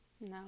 No